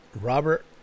Robert